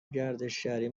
گردشگری